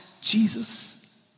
Jesus